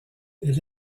elle